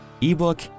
ebook